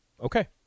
Okay